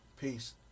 Peace